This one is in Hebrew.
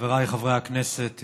חבריי חברי הכנסת,